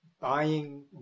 buying